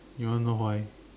you want know why